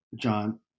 John